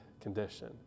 condition